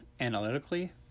analytically